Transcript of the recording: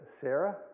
Sarah